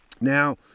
now